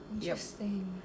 Interesting